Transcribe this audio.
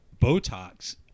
Botox